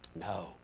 no